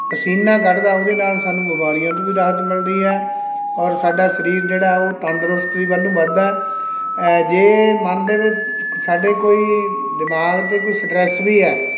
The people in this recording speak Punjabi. ਪਸੀਨਾ ਕੱਢਦਾ ਉਹਦੇ ਨਾਲ਼ ਸਾਨੂੰ ਬਿਮਾਰੀਆਂ ਤੋਂ ਵੀ ਰਾਹਤ ਮਿਲਦੀ ਆ ਔਰ ਸਾਡਾ ਸਰੀਰ ਜਿਹੜਾ ਉਹ ਤੰਦਰੁਸਤੀ ਵੱਲ ਨੂੰ ਵੱਧਦਾ ਜੇ ਮਨ ਦੇ ਵਿੱਚ ਸਾਡੇ ਕੋਈ ਦਿਮਾਗ 'ਤੇ ਕੋਈ ਸਟਰੈੱਸ ਵੀ ਹੈ